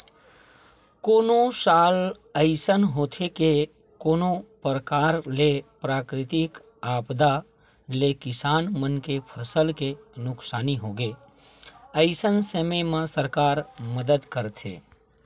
कोनो साल अइसन होथे के कोनो परकार ले प्राकृतिक आपदा ले किसान मन के फसल के नुकसानी होगे अइसन समे म सरकार मदद करथे